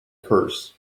curse